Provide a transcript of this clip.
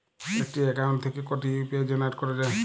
একটি অ্যাকাউন্ট থেকে কটি ইউ.পি.আই জেনারেট করা যায়?